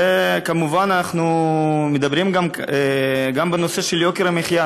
וכמובן אנחנו מדברים גם בנושא של יוקר המחיה.